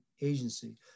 agency